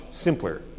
simpler